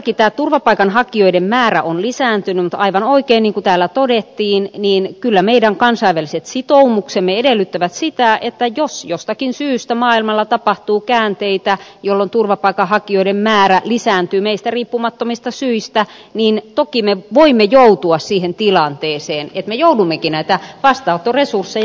todellakin turvapaikanhakijoiden määrä on lisääntynyt mutta aivan oikein niin kuin täällä todettiin kyllä meidän kansainväliset sitoumuksemme edellyttävät sitä että jos jostakin syystä maailmalla tapahtuu käänteitä jolloin turvapaikanhakijoiden määrä lisääntyy meistä riippumattomista syistä niin toki me voimme joutua siihen tilanteeseen että me joudummekin näitä vastaanottoresursseja lisäämään